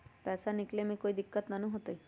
पैसा निकाले में कोई दिक्कत त न होतई?